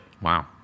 wow